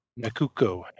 Nakuko